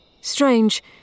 Strange